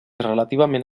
relativament